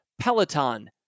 Peloton